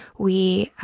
we,